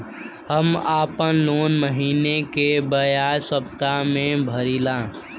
हम आपन लोन महिना के बजाय सप्ताह में भरीला